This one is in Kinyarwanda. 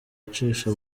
ucisha